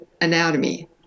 anatomy